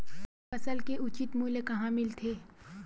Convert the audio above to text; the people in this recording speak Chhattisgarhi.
फसल के उचित मूल्य कहां मिलथे?